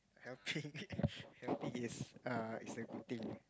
helping helping is is everything